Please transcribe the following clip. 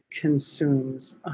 consumes